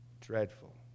Dreadful